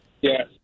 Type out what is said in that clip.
Yes